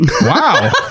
Wow